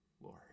Lord